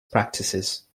practices